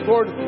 Lord